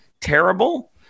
terrible